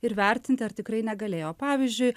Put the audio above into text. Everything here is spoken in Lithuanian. ir vertinti ar tikrai negalėjo pavyzdžiui